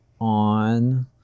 on